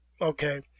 Okay